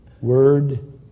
word